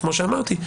כמו שאמרתי,